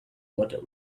water